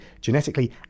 genetically